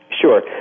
Sure